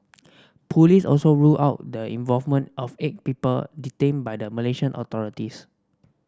police also ruled out the involvement of eight people detained by the Malaysian authorities